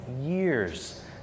years